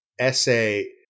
Essay